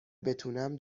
بتونم